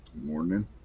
Morning